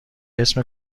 اسم